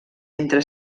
entre